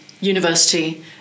university